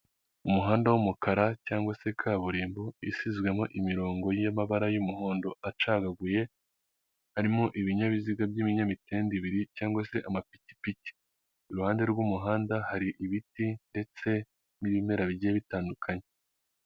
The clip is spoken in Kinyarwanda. Umuhanda w'umukara cyangwa se kaburimbo isizwemo imirongo y'amabara y'umuhondo acagaguye, harimo ibinyabiziga by'ibinyamitende ibiri cyangwa se amapikipiki, iruhande rw'umuhanda hari ibiti ndetse n'ibimera bigiye bitandukanyekanye.